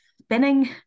spinning